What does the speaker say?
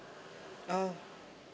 ah